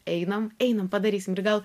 einam einam padarysim ir gal